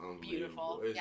Beautiful